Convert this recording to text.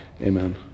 Amen